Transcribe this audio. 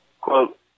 quote